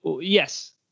Yes